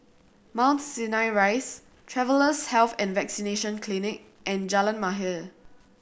Mount Sinai Rise Travellers' Health and Vaccination Clinic and Jalan Mahir